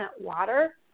water